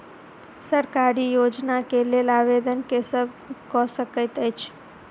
सरकारी योजना केँ लेल आवेदन केँ सब कऽ सकैत अछि?